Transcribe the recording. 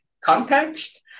context